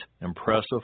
impressive